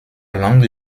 langue